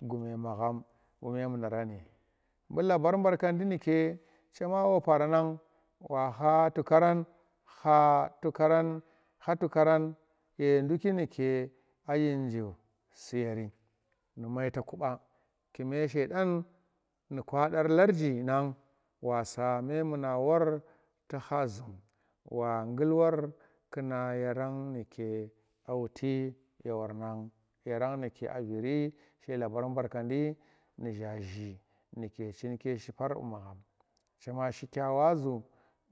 gume magham nu memunaran bu labar barkandi nuke chema wopa ranang kha tukarang ye nduki nyke adyin jif suyeri nu maitaku ba, kume shaitan nu kwadar larji nang wa sa memuna war tu kha zum wagulwar kuna yarang nuke a wuti ye warana yaranang nuke a viri she labar barkandi nu zhaaji nuke chinke shipar bu magham kya waazu